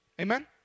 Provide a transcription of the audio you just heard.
Amen